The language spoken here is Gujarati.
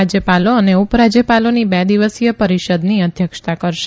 રાજય ાલો અને ઉ રાજય ાલોની બે દિવસીય રીષદની અધ્યક્ષતા કરશે